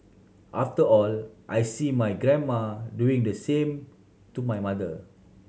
after all I see my grandma doing the same to my mother